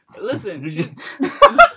Listen